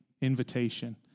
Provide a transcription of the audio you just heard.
invitation